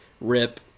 Rip